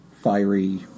fiery